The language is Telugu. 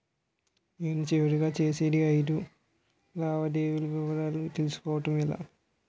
నేను చివరిగా చేసిన ఐదు లావాదేవీల వివరాలు తెలుసుకోవటం ఎలా?